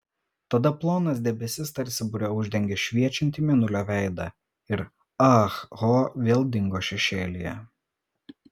tada plonas debesis tarsi bure uždengė šviečiantį mėnulio veidą ir ah ho vėl dingo šešėlyje